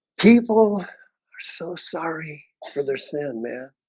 people are so sorry for their sin man,